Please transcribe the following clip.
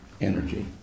energy